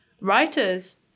writers